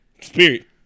Spirit